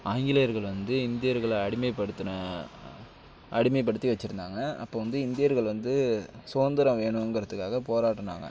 ஆங்கிலேயர்கள் வந்து இந்தியர்களை அடிமைப்படுத்தின அடிமைப்படுத்தி வெச்சுருந்தாங்க அப்போது வந்து இந்தியர்கள் வந்து சுதந்திரம் வேணுங்கிறதுக்காக போராடினாங்க